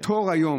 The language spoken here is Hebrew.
לקבל תור כיום,